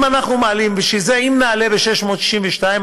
אם נעלה ב-662 מיליון,